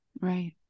Right